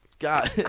God